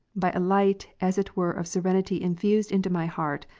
by a light as it were of serenity infused into my heart,